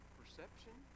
perception